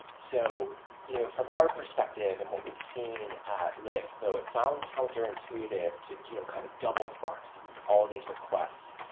so you know from our perspective and what we've seen at lyft, though it sounds counterintuitive to you know kind of double proxy all of these requests,